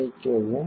மன்னிக்கவும்